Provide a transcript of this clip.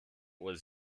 was